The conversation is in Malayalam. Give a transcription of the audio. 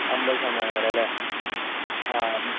അമ്പത് ശതമാനം വരെ അല്ലെ ആ